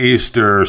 Easter